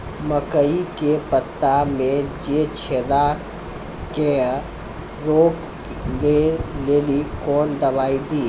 मकई के पता मे जे छेदा क्या रोक ले ली कौन दवाई दी?